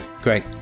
Great